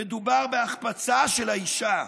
"מדובר בהחפצה של האישה.